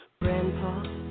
Grandpa